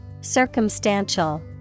circumstantial